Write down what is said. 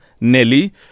Nelly